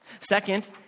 Second